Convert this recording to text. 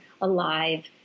alive